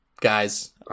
guys